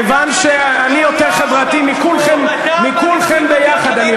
כיוון שאני יותר חברתי מכולכם יחד.